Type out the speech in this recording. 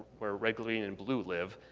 where red, green, and blue live,